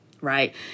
right